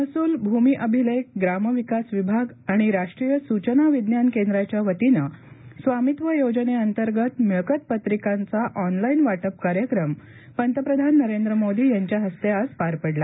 महसूल भूमी अभिलेख ग्राम विकास विभाग आणि राष्ट्रीय सूचना विज्ञान केंद्राच्या वतीने स्वामित्व योजने अंतर्गत मिळकत पत्रिकांचा ऑनलाईन वा प कार्यक्रम पंतप्रधान नरेंद्र मोदी यांच्या हस्ते आज पार पडला